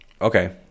Okay